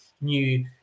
new